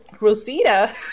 Rosita